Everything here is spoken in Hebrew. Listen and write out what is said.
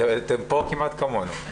אתם כאן כמעט כמונו.